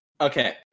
okay